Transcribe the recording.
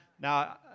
Now